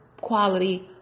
quality